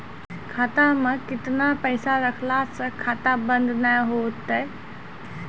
खाता मे केतना पैसा रखला से खाता बंद नैय होय तै?